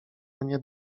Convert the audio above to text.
mnie